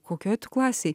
kokioj tu klasėj